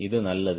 இது நல்லது